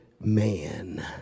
man